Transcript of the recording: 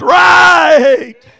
right